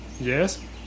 Yes